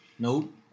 Nope